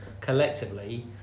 collectively